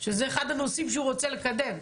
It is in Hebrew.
שזה אחד הנושאים שהוא רוצה לקדם,